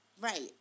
Right